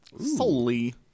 Solely